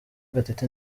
gatete